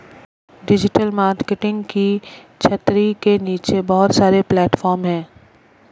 digital marketing की छतरी के नीचे बहुत सारे प्लेटफॉर्म हैं